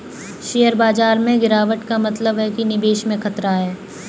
share बाजार में गिराबट का मतलब है कि निवेश में खतरा है